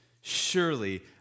surely